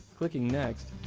clicking next,